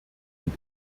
und